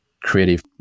creative